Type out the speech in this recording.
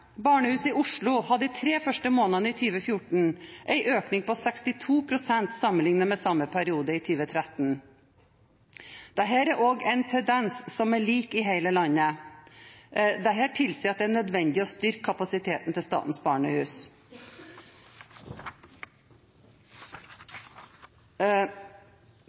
Barnehuset i Oslo hadde de tre første månedene i 2014 en økning på 62 pst. sammenlignet med samme periode i 2013. Dette er en tendens som er lik i hele landet. Dette tilsier at det er nødvendig å styrke kapasiteten til Statens